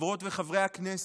חברות וחברי הכנסת,